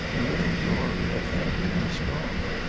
the little glory, of thinking i'm strong.